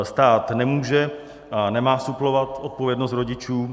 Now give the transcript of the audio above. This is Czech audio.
Stát nemůže a nemá suplovat odpovědnost rodičů.